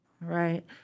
Right